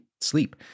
sleep